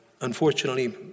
unfortunately